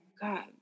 God